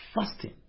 Fasting